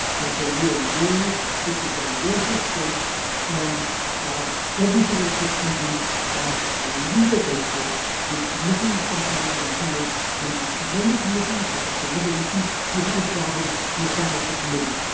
that there were laws this is a lawful state and um everything is proceeding on a legal basis with committees sometimes one feels maybe too many committees, but that's another issue. if you had a problem, you established a committee.